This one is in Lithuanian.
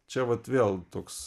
čia vat vėl toks